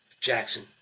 Jackson